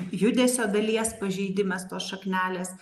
judesio dalies pažeidimas tos šaknelės